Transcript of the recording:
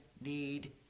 need